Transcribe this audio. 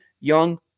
young